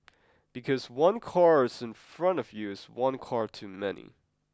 because one car is in front of you is one car too many